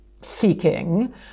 seeking